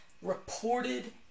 Reported